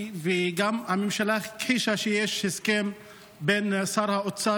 הממשלה הכחישה שיש הסכם בין שר האוצר